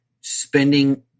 spending